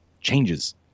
changes